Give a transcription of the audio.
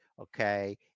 Okay